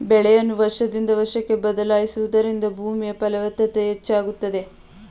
ಬೆಳೆಯನ್ನು ವರ್ಷದಿಂದ ವರ್ಷಕ್ಕೆ ಬದಲಾಯಿಸುವುದರಿಂದ ಭೂಮಿಯ ಫಲವತ್ತತೆ ಹೆಚ್ಚಾಗುತ್ತದೆ